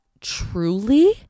truly